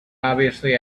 obviously